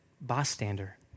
bystander